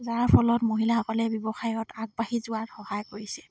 যাৰ ফলত মহিলাসকলে ব্যৱসায়ত আগবাঢ়ি যোৱাত সহায় কৰিছে